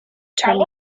term